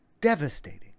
devastating